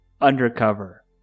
undercover